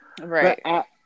right